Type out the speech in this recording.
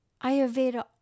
Ayurveda